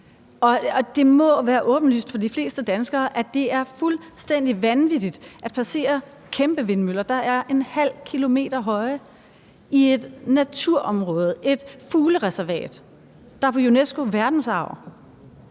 og det må være åbenlyst for de fleste danskere, at det er fuldstændig vanvittigt at placere kæmpevindmøller, der er ½ km høje, i et naturområde, altså et fuglereservat, der er på UNESCO's verdensarvsliste.